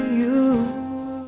you know